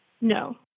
No